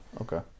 Okay